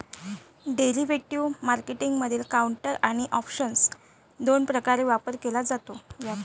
derivative मार्केटमधील counter आणि option दोन प्रकारे व्यापार केला जातो